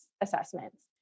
assessments